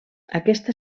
aquesta